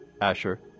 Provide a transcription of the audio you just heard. Asher